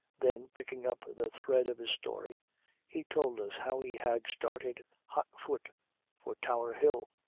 then picking up the thread of his story he told us how he had started hot foot for tower hill.